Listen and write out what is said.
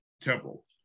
temple